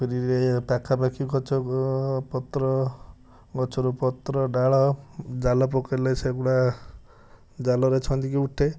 ପୋଖରୀରେ ପାଖା ପାଖି ଗଛପତ୍ର ଗଛରୁ ପତ୍ର ଡାଳ ଜାଲ ପକାଇଲେ ସେଗୁଡ଼ା ଜାଲରେ ଛନ୍ଦିକି ଉଠେ